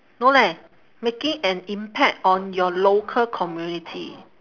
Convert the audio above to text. no leh making an impact on your local community